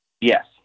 yes